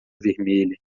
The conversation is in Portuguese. vermelha